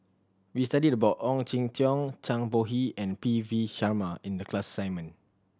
we studied about Ong Jin Teong Zhang Bohe and P V Sharma in the class assignment